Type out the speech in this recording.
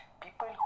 people